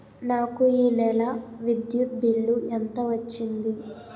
నాకు ఈ నెల విద్యుత్ బిల్లు ఎంత వచ్చింది?